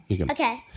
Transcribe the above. Okay